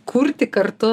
kurti kartu